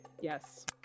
Yes